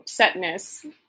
upsetness